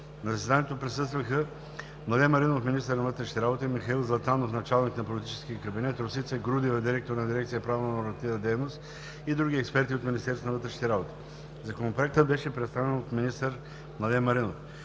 На заседанието присъстваха: Младен Маринов – министър на вътрешните работи, Михаил Златанов – началник на политическия кабинет, Росица Грудева – директор на дирекция „Правнонормативна дейност“, и други експерти от Министерството на вътрешните работи. Законопроектът беше представен от министър Младен Маринов.